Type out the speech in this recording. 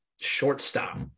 shortstop